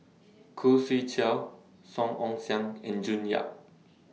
Khoo Swee Chiow Song Ong Siang and June Yap